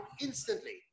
instantly